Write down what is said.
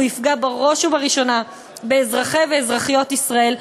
הוא יפגע בראש וראשונה באזרחי ואזרחיות ישראל,